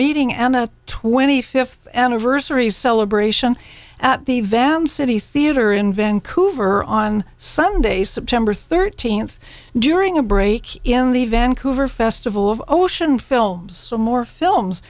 meeting and a twenty fifth anniversary celebration at the vam city theater in vancouver on sunday september thirteenth during a break in the vancouver festival of ocean films for more films